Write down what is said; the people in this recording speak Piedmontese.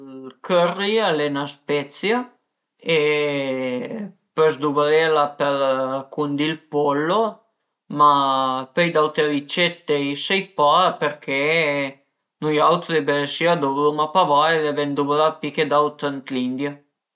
Ël curry al e 'na spezia e pös duvrela për cundì ël pollo ma pöi d'aute ricette i sai pa përché nuiautri belesi a duvruma pa vaire, a ven duvrà pi che d'aut ën l'India